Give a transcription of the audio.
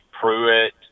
Pruitt